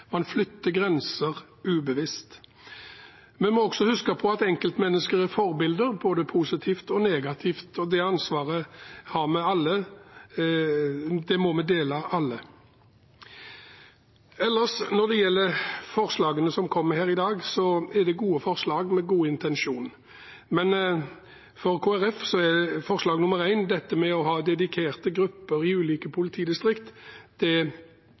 Man flytter grenser ubevisst. Vi må også huske på at enkeltmennesker er forbilder, både positivt og negativt, og det ansvaret må vi alle dele. Når det gjelder forslagene som kommer her i dag, så er det gode forslag, med gode intensjoner, men når det gjelder forslag nr. 1, dette med å ha dedikerte grupper i ulike politidistrikt,